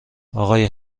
آقای